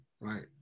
right